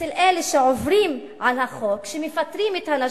אצל אלה שעוברים על החוק, שמפטרים את הנשים,